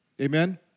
Amen